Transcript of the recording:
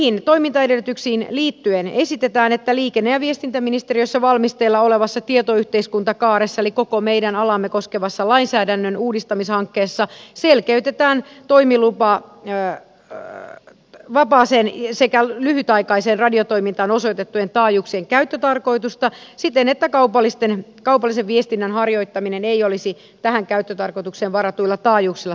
näihin toimintaedellytyksiin liittyen esitetään että liikenne ja viestintäministeriössä valmisteilla olevassa tietoyhteiskuntakaaressa eli koko meidän alaamme koskevassa lainsäädännön uudistamishankkeessa sel keytetään toimiluvasta vapaaseen sekä lyhytaikaiseen radiotoimintaan osoitettujen taajuuksien käyttötarkoitusta siten että kaupallisen viestinnän harjoittaminen ei olisi tähän käyttötarkoitukseen varatuilla taajuuksilla sallittua